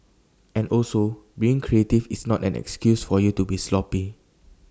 and also being creative is not an excuse for you to be sloppy